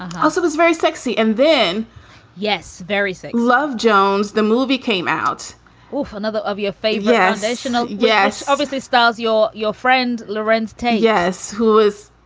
i also was very sexy and then yes, very sexy. love jones the movie came out wolf. another of your fave. yes. chanel. yes. obviously stars your your friend lawrence taylor. yes. who is